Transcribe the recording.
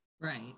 Right